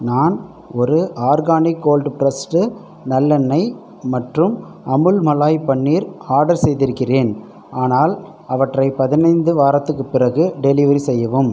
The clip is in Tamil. நான் ஒரு ஆர்கானிக் கோல்ட் பிரஸ்டு நல்லெண்ணெய் மற்றும் அமுல் மலாய் பன்னீர் ஆர்டர் செய்திருக்கிறேன் ஆனால் அவற்றை பதினைந்து வாரத்துக்குப் பிறகு டெலிவரி செய்யவும்